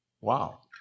Wow